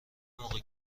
موقع